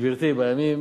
גברתי, בימים